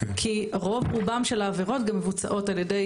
כי רוב רובם של העבירות גם מבוצעות על ידי